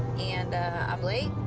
and i'm like